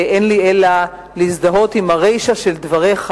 ואין לי אלא להזדהות עם הרישא של דבריך